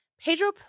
Pedro